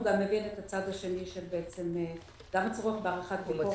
הוא גם מבין את הצד השני ואת הצורך בעריכת ביקורת